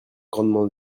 grandement